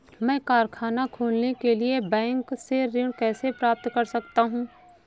मैं कारखाना खोलने के लिए बैंक से ऋण कैसे प्राप्त कर सकता हूँ?